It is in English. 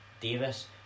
Davis